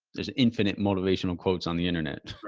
there's infinite motivational quotes on the internet.